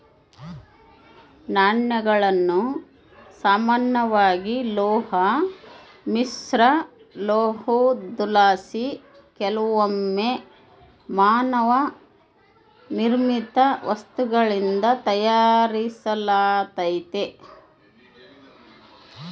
ನಾಣ್ಯಗಳನ್ನು ಸಾಮಾನ್ಯವಾಗಿ ಲೋಹ ಮಿಶ್ರಲೋಹುದ್ಲಾಸಿ ಕೆಲವೊಮ್ಮೆ ಮಾನವ ನಿರ್ಮಿತ ವಸ್ತುಗಳಿಂದ ತಯಾರಿಸಲಾತತೆ